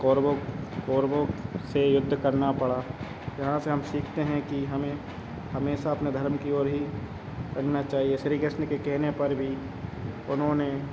कौरवों कौरवों से युद्ध करना पड़ा यहाँ से हम सीखते हैं कि हमें हमेशा अपने धर्म की ओर ही रहना चाहिए श्री कृष्ण के कहने पर भी उन्होंने